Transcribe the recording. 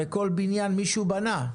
הרי כל בניין מישהו בנה,